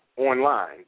Online